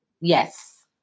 Yes